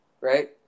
right